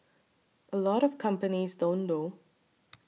a lot of companies don't though